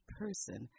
person